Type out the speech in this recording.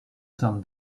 some